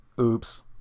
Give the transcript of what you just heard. oops